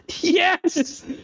Yes